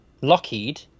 Lockheed